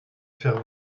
faire